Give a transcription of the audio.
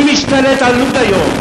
מי משתלט על לוד היום?